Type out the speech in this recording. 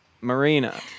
Marina